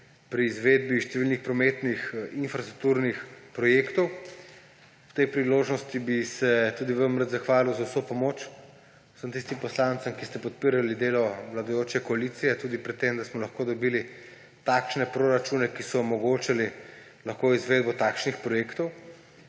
pri izvedbi številnih prometnih infrastrukturnih projektov. Ob tej priložnosti bi se tudi vam rad zahvalil za vso pomoč, vsem tistim poslancem, ki ste podpirali delo vladajoče koalicije tudi pri tem, da smo lahko dobili takšne proračune, ki so omogočali izvedbo takšnih projektov,